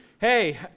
Hey